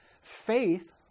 Faith